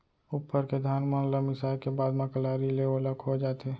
उप्पर के धान मन ल मिसाय के बाद म कलारी ले ओला खोय जाथे